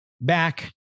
back